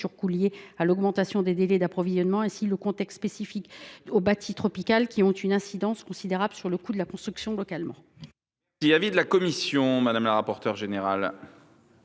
surcoûts liés à l’augmentation des délais d’approvisionnement ni du contexte spécifique du bâti tropical, qui ont une incidence locale considérable sur le coût de construction.